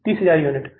30000 unit है